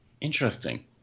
interesting